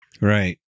Right